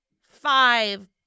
five